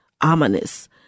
ominous